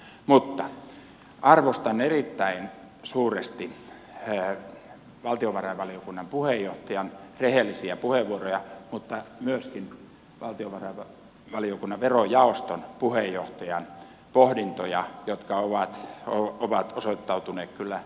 mutta arvostan erittäin suuresti valtiovarainvaliokunnan puheenjohtajan rehellisiä puheenvuoroja mutta myöskin valtiovarainvaliokunnan verojaoston puheenjohtajan pohdintoja jotka ovat osoittautuneet kyllä